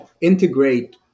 integrate